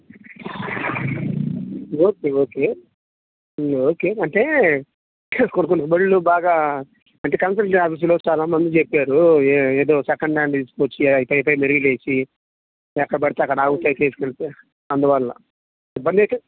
okay okay okay అంటే కొన్ని కొన్ని బండ్లు బాగా అంటే కన్సల్టీ ఆఫీసులో చాలామంది చెప్పారు ఏదో సెకండ్ హ్యాండ్ తీసుకొచ్చి పై పై మెరుగులు వేసి ఎక్కడ పడితే అక్కడ ఆగితే కేసు పెడితే అందువల్ల ఇబ్బంది అయితే